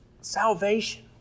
salvation